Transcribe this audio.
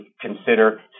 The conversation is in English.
consider